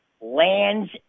Lands